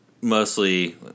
mostly